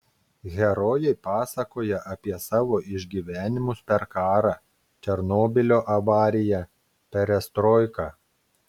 herojai pasakoja apie savo išgyvenimus per karą černobylio avariją perestroiką